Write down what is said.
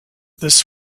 this